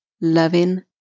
loving